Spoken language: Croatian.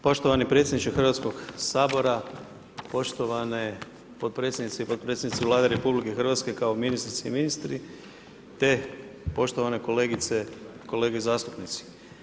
Poštovani predsjedniče Hrvatskog sabora, poštovane potpredsjednice i potpredsjednici Vlade RH, kao ministrici i ministri, te poštovane kolegice i kolege zastupnici.